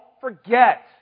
forget